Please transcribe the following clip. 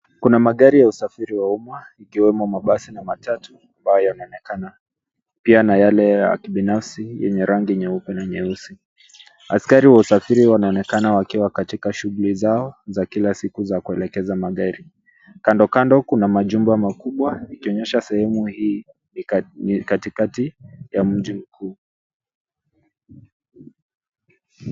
Kuna magari ya usafiri wa umma yakiwemo mabasi na matatu ambayo yanaonekana pia na yale ya kibinafsi yenye rangi nyeupe na nyeusi. Askari wa usafiri wanaonekana wakiwa katika shughuli zao za kila siku za kuelekeza magari ,kandokando kuna majumba makubwa yakionyesha sehemu hii ni katikati ya mji mkuu.